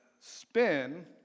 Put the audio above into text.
spin